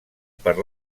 per